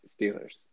Steelers